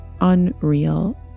unreal